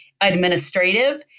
administrative